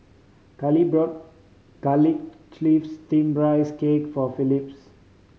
Kale brought Garlic Chives Steamed Rice Cake for Phillis